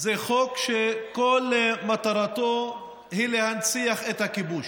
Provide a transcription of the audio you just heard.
זה חוק שכל מטרתו היא להנציח את הכיבוש,